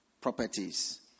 properties